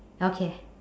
okay